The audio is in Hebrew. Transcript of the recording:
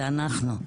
זה אנחנו,